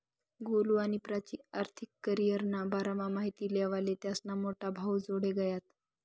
गोलु आणि प्राची आर्थिक करीयरना बारामा माहिती लेवाले त्यास्ना मोठा भाऊजोडे गयात